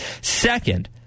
Second –